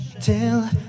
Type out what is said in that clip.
till